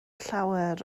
llawer